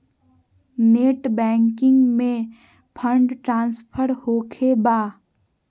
Net banking से fund transfer होखें बा?